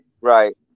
Right